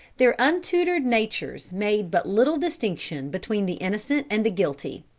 their untutored natures made but little distinction between the innocent and the guilty.